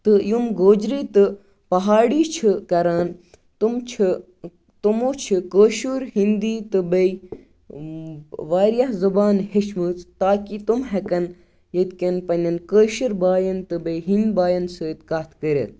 تہٕ یِم گوجری تہٕ پہاڑی چھِ کَران تِم چھِ تِمو چھُ کٲشُر ہِندی تہٕ بیٚیہِ واریاہ زُبانہٕ ہیچہِ مَژٕ تاکہِ تِم ہیٚکَن ییٚتہِ کٮ۪ن پننٮ۪ن کٲشِر بایَن تہٕ بیٚیہِ ہیٚند بایَن سۭتۍ کَتھ کٔرِتھ